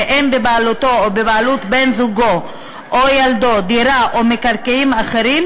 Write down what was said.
ואין בבעלותו או בבעלות בן-זוגו או ילדו דירה או מקרקעין אחרים,